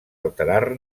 alterar